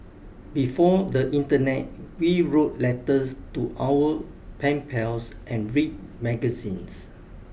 before the internet we wrote letters to our pen pals and read magazines